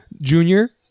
Junior